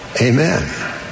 Amen